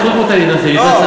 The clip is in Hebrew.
הכריחו אותה, היא התנצלה.